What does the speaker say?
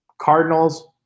Cardinals